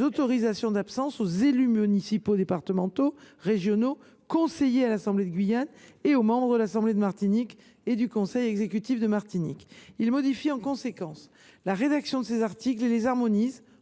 autorisations d’absence aux élus municipaux, départementaux et régionaux, aux conseillers à l’assemblée de Guyane et aux membres de l’assemblée de Martinique et du conseil exécutif de Martinique. Il modifie en conséquence la rédaction des articles concernés et les harmonise,